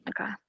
Okay